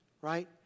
right